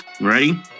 Ready